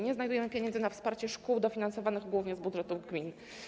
Nie znajdujemy pieniędzy na wsparcie szkół dofinansowanych głównie z budżetów gmin.